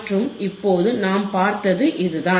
மற்றும் இப்போது நாம் பார்த்தது இதுதான்